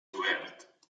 obert